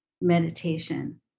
Meditation